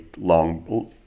long